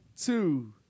two